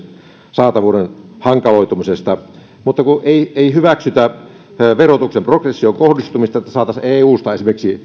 saatavuuden hankaloitumisesta mutta kun ei hyväksytä verotuksen progression kohdistumista eusta